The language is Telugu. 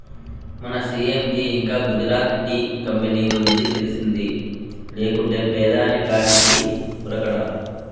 మన సీ.ఎం కి ఇంకా గుజరాత్ టీ కంపెనీ గురించి తెలిసింది లేకుంటే పెదాని కాడికి ఉరకడా